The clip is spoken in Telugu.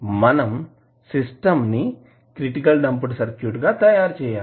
మనం సిస్టం ని క్రిటికల్ డాంప్డ్ సర్క్యూట్ గా తయారు చేయాలి